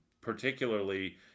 particularly